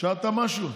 השארת משהו?